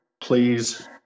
Please